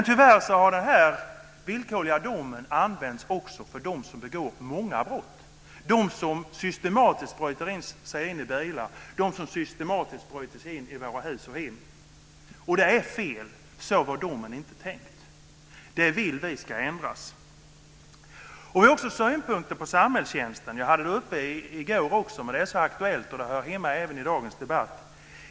Tyvärr har den villkorliga domen använts också för dem som begår många brott, de som systematiskt bryter sig in i bilar, de som systematiskt bryter sig in i våra hus och hem. Det är fel. Så var domen inte tänkt. Det vill vi ska ändras. Vi har också synpunkter på samhällstjänsten. Jag hade det uppe i går också, men det är så aktuellt och hör hemma även i dagens debatt.